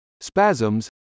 spasms